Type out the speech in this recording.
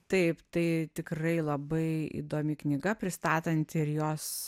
taip tai tikrai labai įdomi knyga pristatanti ir jos